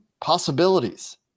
possibilities